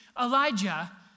Elijah